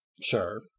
Sure